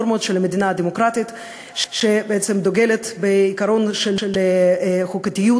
נורמות של מדינה דמוקרטית שדוגלת בעיקרון של חוקתיות